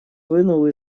вынул